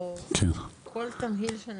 כל תמהיל שנגיד,